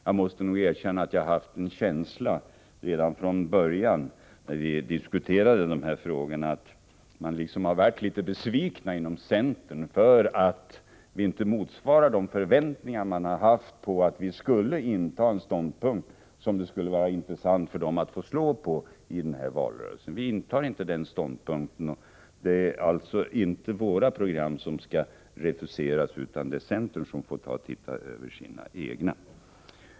Jag måste erkänna att jag från början när vi diskuterat dessa frågor har haft en känsla att man inom centern är besviken på att vi inte motsvarar de förväntningar man haft om att vi skulle inta en ståndpunkt, som centern i valrörelsen skulle kunna slå på. Men vi intar inte den ståndpunkten. Det är alltså inte våra program som skall refuseras, utan det är centern som får se över sina.